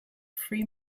free